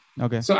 Okay